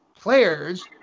players